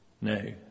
No